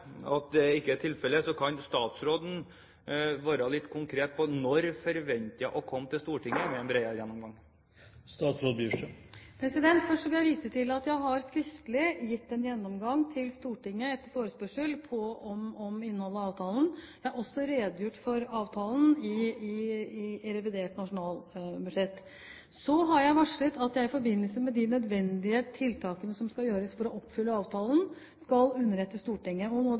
at det ikke er tilfellet. Kan statsråden være litt konkret med hensyn til når hun forventer å komme til Stortinget med en bredere gjennomgang? Først vil jeg vise til at jeg på forespørsel har gitt Stortinget en skriftlig gjennomgang om innholdet i avtalen. Det er også redegjort for avtalen i revidert nasjonalbudsjett. Så har jeg varslet at jeg i forbindelse med de nødvendige tiltakene som skal gjøres for å oppfylle avtalen, skal underrette Stortinget. Noe av det første vi skal gjøre, er å foreta lovendringer, bl.a. i arbeidsmiljøloven og